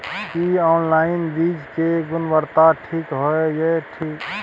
की online बीज के गुणवत्ता ठीक होय ये की?